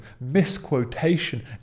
misquotation